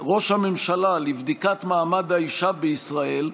ראש הממשלה לבדיקת מעמד האישה בישראל,